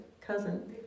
cousin